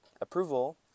approval